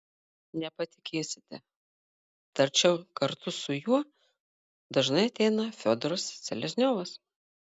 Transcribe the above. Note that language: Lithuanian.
nepatikėsite tačiau kartu su juo dažnai ateina fiodoras selezniovas